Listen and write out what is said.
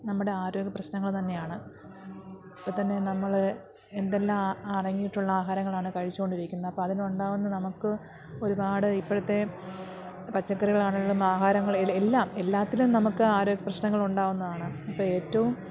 നമ്മുടെ ആരോഗ്യപ്രശ്നങ്ങൾ തന്നെയാണ് ഇപ്പോൾത്തന്നെ നമ്മൾ എന്തെല്ലാം അടങ്ങിയിട്ടുള്ള ആഹാരങ്ങളാണ് കഴിച്ചുകൊണ്ടിരിക്കുന്നത് അപ്പോൾ അതിനുണ്ടാകുന്ന നമുക്ക് ഒരുപാട് ഇപ്പോഴത്തെ പച്ചക്കറികൾ ആണെങ്കിലും ആഹാരങ്ങളിലും എല്ലാം എല്ലാത്തിലും നമുക്ക് ആരോഗ്യപ്രശ്നങ്ങൾ ഉണ്ടാകുന്നതാണ് അപ്പോൾ ഏറ്റവും